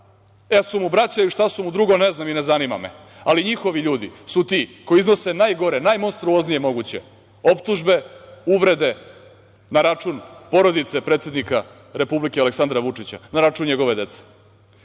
li su mu braća ili šta su mu drugo, ne znam i ne zanima me, ali njihovi ljudi su ti koji iznose najgore, najmonstruoznije moguće optužbe uvrede na račun porodice predsednika Republike Aleksandra Vučića, na račun njegove dece. Nema